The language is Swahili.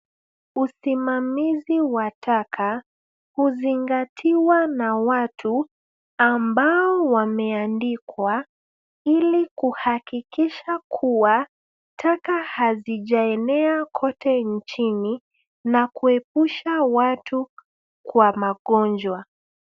Usimamizi wa taka huzingatiwa na watu ambao wameandikwa ili kuhakikisha kuwa taka hazijaenea kote nchini na kuepusha watu kwa magonjwa.